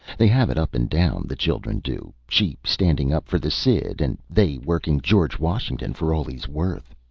they have it up and down, the children do, she standing up for the cid, and they working george washington for all he is worth.